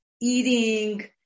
eating